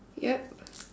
yup